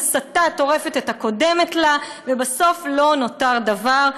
הסתה טורפת את הקודמת לה, ובסוף לא נותר דבר.